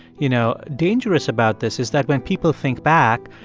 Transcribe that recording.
you know, dangerous about this is that when people think back,